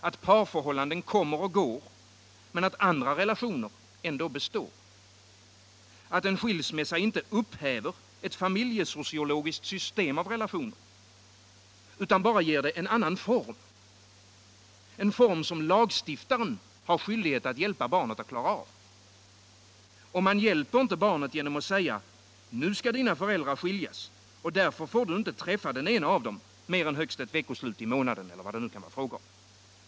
Att parförhållanden kommer och går, men att andra relationer ändå består. Att en skilsmässa inte upphäver ett familjesociologiskt system av relationer, utan bara ger det en annan form, en form som lagstiftaren har skyldighet att hjälpa barnet att klara av. Och man hjälper inte barnet genom att säga: Nu skall dina föräldrar skiljas, och därför får du inte träffa den ena av dem mer än högst ett veckoslut i månaden eller vad det nu kan vara fråga om.